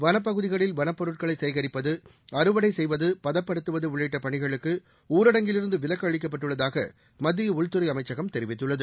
வனப்பகுதிகளில் வனப்பொருட்களை சேகரிப்பது அறுவடை செய்வது பதப்படுத்துவது உள்ளிட்ட பணிகளுக்கு ஊரடங்கில் இருந்து விலக்கு அளிக்கப்பட்டுள்ளதாக மத்திய உள்துறை அமைச்சகம் தெரிவித்துள்ளது